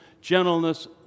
gentleness